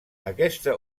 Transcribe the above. aquesta